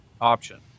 option